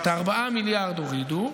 15%. את 4 מיליארד השקלים הורידו,